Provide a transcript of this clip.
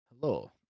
hello